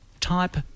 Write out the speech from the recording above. type